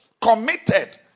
Committed